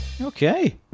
Okay